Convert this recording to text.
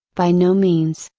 by no means,